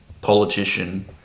politician